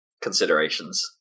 considerations